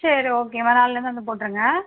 சரி ஓகேம்மா நாளையிலேருந்து வந்து போட்டுருங்க